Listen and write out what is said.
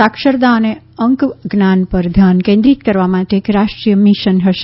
સાક્ષરતા અને અંક જ્ઞાન પર ધ્યાન કેન્દ્રિત કરવા માટે એક રાષ્ટ્રીય મિશન હશે